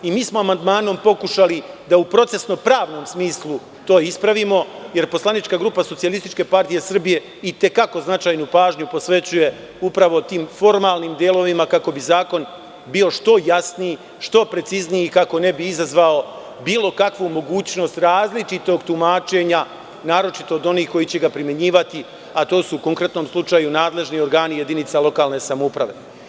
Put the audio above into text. Mi smo amandmanom pokušali da u procesno-pravnom smislu to ispravimo, jer poslanička grupa SPS i te kako značajnu pažnju posvećuje upravo tim formalnim delovima, kako bi zakon bio što jasniji, što precizniji i kako ne bi izazvao bilo kakvu mogućnost različitog tumačenja, naročito od onih koji će ga primenjivati, a to su u konkretnom slučaju nadležni organi jedinica lokalne samouprave.